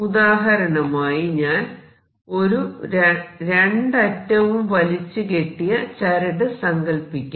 ഉദാഹരണമായി ഞാൻ ഒരു രണ്ടറ്റവും വലിച്ചു കെട്ടിയ ചരട് സങ്കൽപ്പിക്കാം